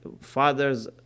fathers